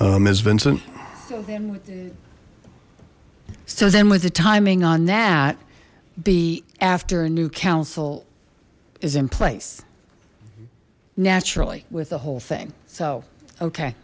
miss vincent so then with the timing on that be after a new council is in place naturally with the whole thing so okay